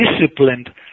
disciplined